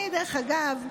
דרך אגב,